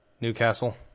Newcastle